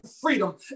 freedom